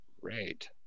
Great